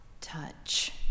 touch